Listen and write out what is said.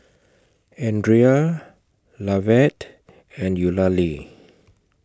Andria Lovett and Eulalie